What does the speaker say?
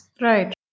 right